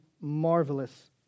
marvelous